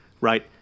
right